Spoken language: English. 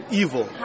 evil